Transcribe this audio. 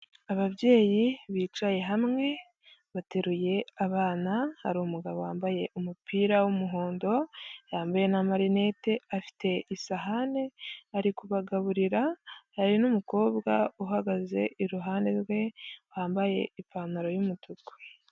Ababyeyi bicaye hamwe bateruye abana hari umugabo wambaye umupira w'umuhondo yambaye n'amarinete, afite isahani ari kubagaburira, hari n'umukobwa uhagaze iruhande rwe wambaye ipantaro y'umutuku.